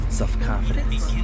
self-confidence